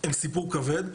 הם סיפור כבד.